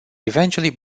eventually